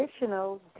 additional